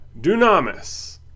Dunamis